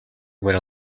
very